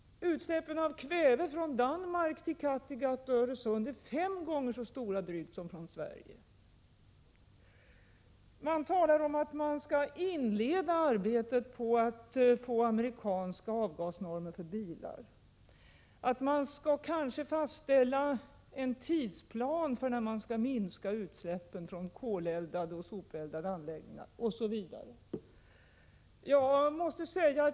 Utsläppen av kväve från Danmark till Kattegatt och Öresund är drygt fem gånger så stora som de från Sverige. Man talar om att man skall inleda arbetet på att få amerikanska avgasnormer för bilar, att man kanske skall fastställa en tidsplan för när man skall minska utsläppen från koleldade och sopeldade anläggningar osv.